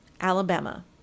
Alabama